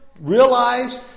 realize